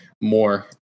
more